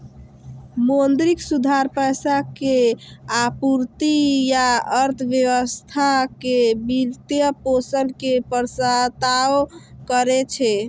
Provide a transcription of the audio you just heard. मौद्रिक सुधार पैसा के आपूर्ति आ अर्थव्यवस्था के वित्तपोषण के प्रस्ताव करै छै